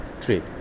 trade